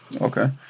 Okay